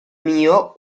mio